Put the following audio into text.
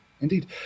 Indeed